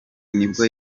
nibwo